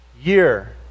year